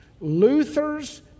Luther's